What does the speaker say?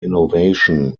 innovation